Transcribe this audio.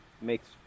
makes